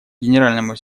генеральному